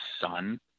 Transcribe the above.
son